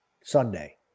Sunday